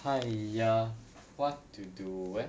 !haiya! what to do eh